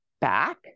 back